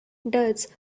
does